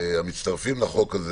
מהמצטרפים לחוק הזה.